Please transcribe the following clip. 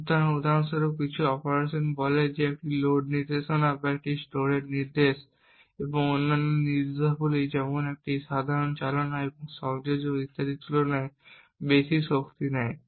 সুতরাং উদাহরণস্বরূপ কিছু অপারেশন বলে যে একটি লোড নির্দেশনা বা একটি স্টোরের নির্দেশ অন্যান্য নির্দেশাবলী যেমন একটি সাধারণ চালনা বা সংযোজন ইত্যাদির তুলনায় যথেষ্ট বেশি শক্তি নেয়